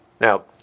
Now